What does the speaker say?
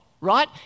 right